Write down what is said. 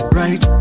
right